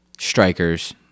strikers